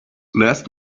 last